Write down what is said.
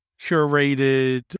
curated